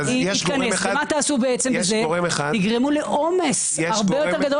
מה תגרמו בזה תגרמו לעומס הרבה יותר גדול